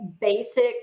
basic